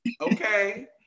Okay